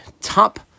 top